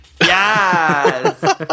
Yes